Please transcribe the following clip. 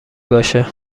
باشه